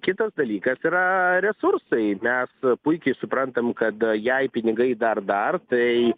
kitas dalykas yra resursai mes puikiai suprantam kad jei pinigai dar dar tai